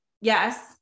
yes